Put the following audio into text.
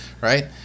right